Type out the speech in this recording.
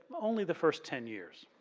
only the first ten years.